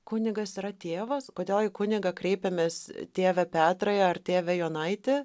kunigas yra tėvas kodėl į kunigą kreipiamės tėve petrai ar tėve jonaiti